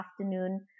afternoon